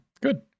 Good